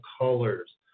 colors